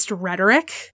rhetoric